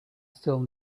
still